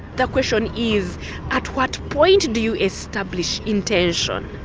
the question is at what point do you establish intention.